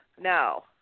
No